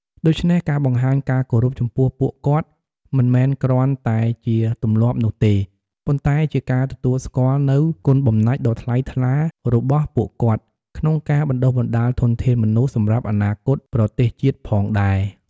ដូច្នេះ ការបង្ហាញការគោរពចំពោះពួកគាត់ មិនមែនគ្រាន់តែជាទម្លាប់នោះទេ ប៉ុន្តែជាការទទួលស្គាល់នូវគុណបំណាច់ដ៏ថ្លៃថ្លារបស់ពួកគាត់ក្នុងការបណ្ដុះបណ្ដាលធនធានមនុស្សសម្រាប់អនាគតប្រទេសជាតិផងដែរ។